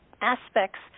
aspects